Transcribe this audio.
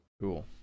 Cool